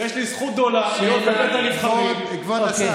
יש לי זכות גדולה להיות בבית הנבחרים, כבוד השר.